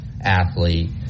athlete